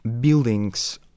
buildings